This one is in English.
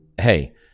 Hey